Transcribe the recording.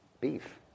beef